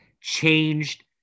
changed